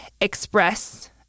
express